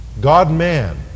God-man